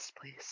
please